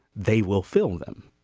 they will fill them.